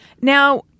Now